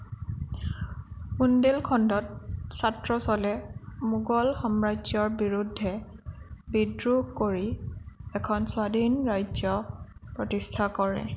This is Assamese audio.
বুণ্ডেলখণ্ডত ছাত্ৰছলে মোগল সাম্ৰাজ্যৰ বিৰুদ্ধে বিদ্ৰোহ কৰি এখন স্বাধীন ৰাজ্য প্ৰতিষ্ঠা কৰে